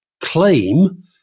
claim